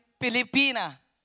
Filipina